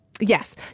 Yes